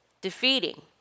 defeating